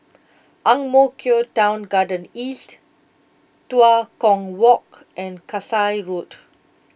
Ang Mo Kio Town Garden East Tua Kong Walk and Kasai Road